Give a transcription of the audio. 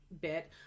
bit